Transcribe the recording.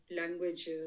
language